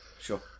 sure